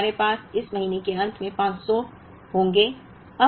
इसलिए हमारे पास इस महीने के अंत में 500 होंगे